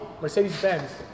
Mercedes-Benz